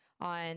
on